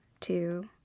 two